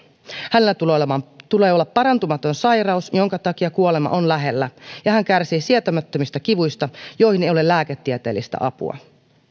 hänellä tulee olla parantumaton sairaus jonka takia kuolema on lähellä ja hän kärsii sietämättömistä kivuista joihin ei ole lääketieteellistä apua